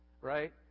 Right